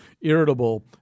irritable